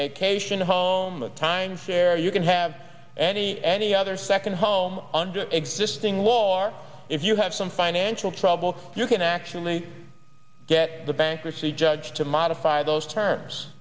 vacation home a timeshare you can have any any other second home under existing law or if you have some financial trouble you can actually get the bankruptcy judge to modify those terms